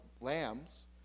lambs